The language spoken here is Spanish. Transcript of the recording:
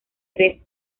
tres